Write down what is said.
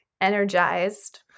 energized